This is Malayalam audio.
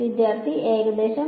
വിദ്യാർത്ഥി ഏകദേശം